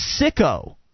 sicko